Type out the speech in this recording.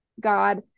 God